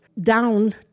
down